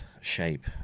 shape